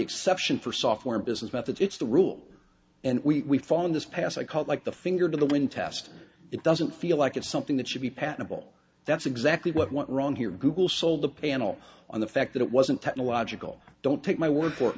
exception for software business methods it's the rule and we fall in this passage called like the finger to the wind test it doesn't feel like it's something that should be patentable that's exactly what went wrong here google sold the panel on the fact that it wasn't technological don't take my word for it